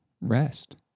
rest